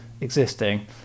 existing